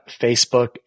Facebook